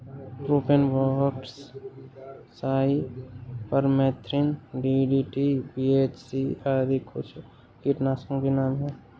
propane fox, cypermethrin, DDT, BHC आदि कुछ कीटनाशकों के नाम हैं